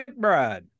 McBride